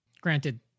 granted